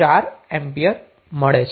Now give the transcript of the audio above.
4 ampere મળે છે